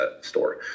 store